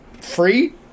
free